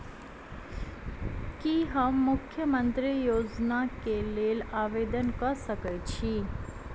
की हम मुख्यमंत्री योजना केँ लेल आवेदन कऽ सकैत छी?